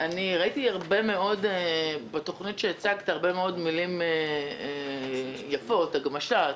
ראיתי בתוכנית שהצגת הרבה מאוד מילים יפות: הגמשה,